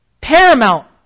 paramount